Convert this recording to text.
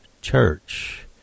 church